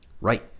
Right